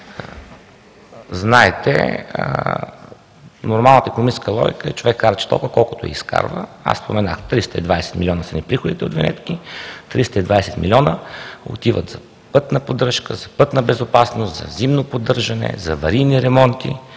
Знаете, нормалната икономическа логика е, че човек харчи толкова, колкото изкарва. Аз споменах – 320 милиона са ни приходите от винетки, 320 милиона отиват за пътна поддръжка, за пътна безопасност, за зимно поддържане, за аварийни ремонти.